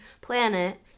planet